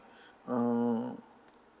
um